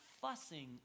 fussing